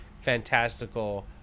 fantastical